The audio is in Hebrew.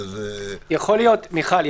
מיכל,